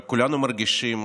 אבל כולנו מרגישים